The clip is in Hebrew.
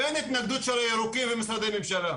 ואין התנגדות של הירוקים ומשרדי הממשלה.